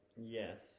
yes